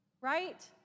Right